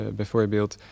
bijvoorbeeld